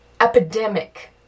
epidemic